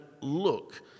look